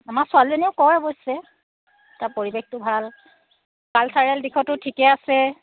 আমাৰ ছোৱালীজনীয়েও কয় অৱশ্যে তাৰ পৰিৱেশটো ভাল কালচাৰেল দিশতো ঠিকে আছে